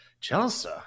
Chelsea